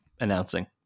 announcing